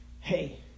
hey